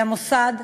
למוסד,